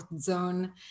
zone